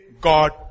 God